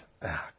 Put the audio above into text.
back